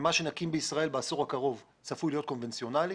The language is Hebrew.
ממה שנקים בישראל בעשור הקרוב צפוי להיות קונבנציונאלי.